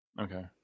Okay